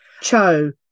Cho